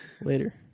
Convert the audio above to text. Later